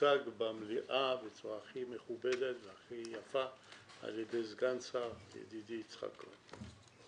הוצג במליאה בצורה הכי מכובדת והכי יפה על ידי סגן השר ידידי יצחק כהן.